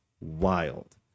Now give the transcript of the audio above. wild